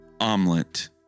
omelet